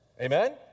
Amen